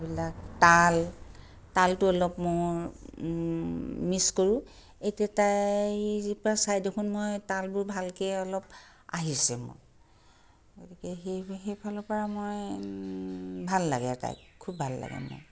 বিলাক তাল তালটো অলপ মোৰ মিচ কৰোঁ এতিয়া তাইৰপৰা চাই দেখোন মই তালবোৰ ভালকৈ অলপ আহিছে মোৰ গতিকে সেই সেই ফালৰপৰা মই ভাল লাগে তাইক খুব ভাল লাগে মোৰ